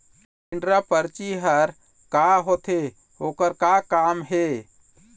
Withdraw परची हर का होते, ओकर का काम हे?